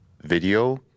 video